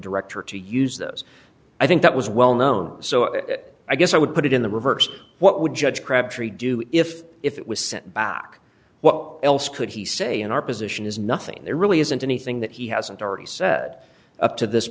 director to use those i think that was well known so i guess i would put it in the reverse what would judge crabtree do if if it was sent back what else could he say in our position is nothing there really isn't anything that he hasn't already said up to this